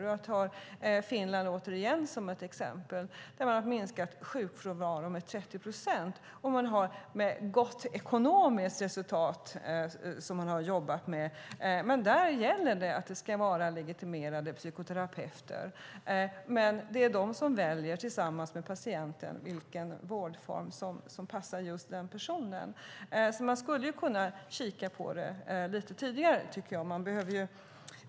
Återigen tar jag Finland som exempel. Där har man minskat sjukfrånvaron med 30 procent med gott ekonomiskt resultat, men där gäller att det ska vara legitimerade psykoterapeuter. Det är de som tillsammans med patienten väljer vilken vårdform som passar just den personen. Man skulle alltså kunna kika på detta lite tidigare, tycker jag.